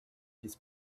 his